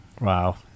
Wow